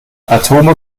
atome